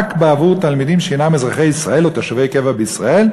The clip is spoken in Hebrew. בעבור תלמידים שאינם אזרחי ישראל או תושבי קבע בישראל,